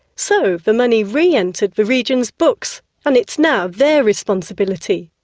so, the money re-entered the region's books and it's now their responsibility.